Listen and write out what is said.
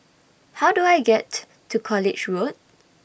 How Do I get to College Road